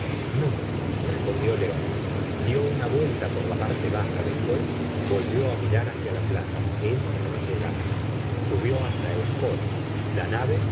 iglesia no respondió león dió una vuelta por la parte baja después volvió á mirar hacia la plaza emma no llegaba subió hasta el coro la nave